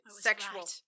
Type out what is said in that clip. sexual